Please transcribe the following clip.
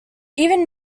even